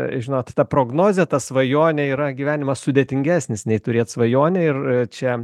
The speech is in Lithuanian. žinot ta prognozė ta svajonė yra gyvenimas sudėtingesnis nei turėt svajonę ir čia